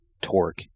torque